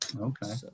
Okay